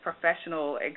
professional